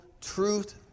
truth